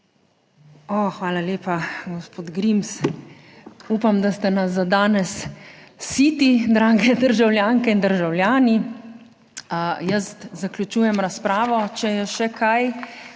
Hvala lepa, gospod Grims. Upam, da ste nas za danes siti, dragi državljanke in državljani. Jaz zaključujem razpravo. Če je še kaj,